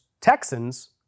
Texans